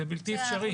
זה בלתי אפשרי.